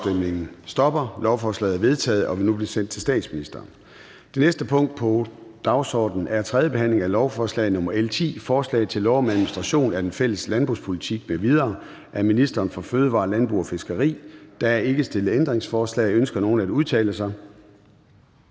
stemte 4 (ALT)]. Lovforslaget er vedtaget og vil nu blive sendt til statsministeren. --- Det næste punkt på dagsordenen er: 11) 3. behandling af lovforslag nr. L 10: Forslag til lov om administration af den fælles landbrugspolitik m.v. Af ministeren for fødevarer, landbrug og fiskeri (Jacob Jensen). (Fremsættelse 19.12.2022. 1. behandling